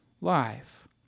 life